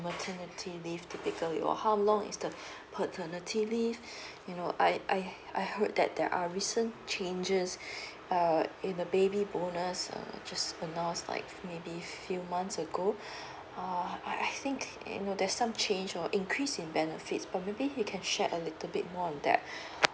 maternity leave typical you all have and how long is the paternity leave you know I I heard that there are recent changes uh in the baby bonus err just announced like maybe few months ago uh I I think you know there's some change or increase in benefits or maybe you can share a little bit more on that